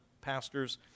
pastors